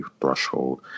threshold